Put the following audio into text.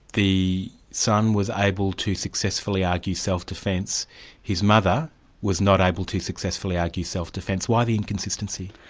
the son was able to successfully argue self-defence his mother was not able to successfully argue self-defence. why the inconsistency?